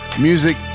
Music